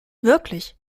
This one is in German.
wirklich